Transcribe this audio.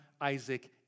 Isaac